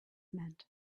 meant